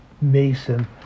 mason